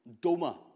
doma